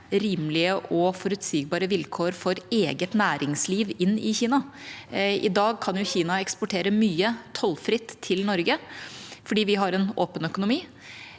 rimelige og forutsigbare vilkår for eget næringsliv inn i Kina. I dag kan jo Kina eksportere mye tollfritt til Norge fordi vi har en åpen økonomi,